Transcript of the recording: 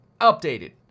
Updated